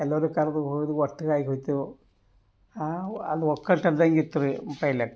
ಎಲ್ಲರೂ ಕರೆದು ಹೋಗೋದು ಒಟ್ಟಿಗಾಗಿ ಹೋಯ್ತೆವು ಅಲ್ಲಿ ಒಗ್ಗಟ್ ಅಂದಂಗ ಇತ್ತು ರೀ ಪೆಹ್ಲೆ